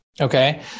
Okay